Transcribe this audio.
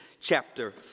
chapter